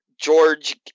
George